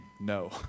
no